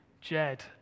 Jed